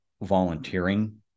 volunteering